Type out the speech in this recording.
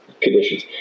conditions